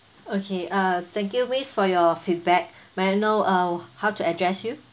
okay uh thank you miss for your feedback may I know uh how to address you